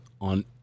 on